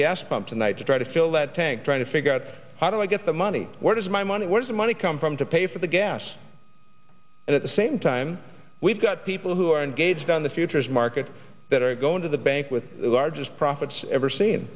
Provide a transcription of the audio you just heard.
gas pump tonight to try to fill that tank trying to figure out how do i get the money where does my money where is the money come from to pay for the gas at the same time we've got people who are engaged on the futures market that are going to the bank with the largest profits ever seen